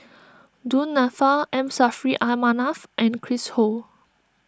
Du Nanfa M Saffri A Manaf and Chris Ho